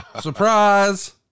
Surprise